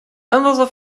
another